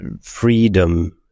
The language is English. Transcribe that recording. freedom